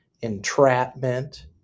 entrapment